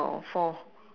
four